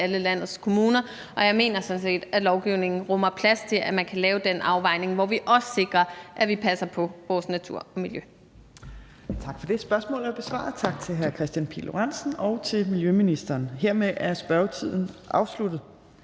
alle landets kommuner, og jeg mener sådan set, at lovgivningen rummer plads til, at man kan lave en afvejning, hvor vi også sikrer, at vi passer på vores natur og miljø. Kl. 14:37 Tredje næstformand (Trine Torp): Tak for det. Spørgsmålet er besvaret. Tak til hr. Kristian Pihl Lorentzen og til miljøministeren. Hermed er spørgetiden afsluttet.